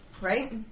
Right